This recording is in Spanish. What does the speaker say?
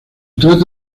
trata